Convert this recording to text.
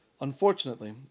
Unfortunately